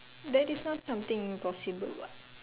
that is not something impossible what